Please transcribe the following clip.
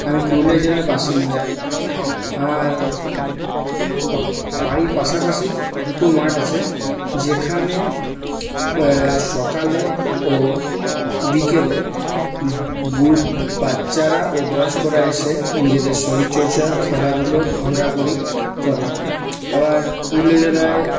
আমি পুরুলিয়া জেলার বাসিন্দা আমার বাড়ির পাশাপাশি দুটো মাঠ আছে যেখানে সকালে ও বিকেলে বাচ্চারা ও বয়স্করা এসে নিজেদের শরীরচর্চা খেলাধুলো ঘোরাঘুরি করে আবার পুরুলিয়া জেলায়